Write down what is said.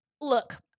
Look